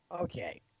Okay